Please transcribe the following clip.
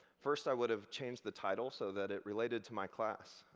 first, i would have changed the title, so that it related to my class.